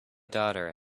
daughter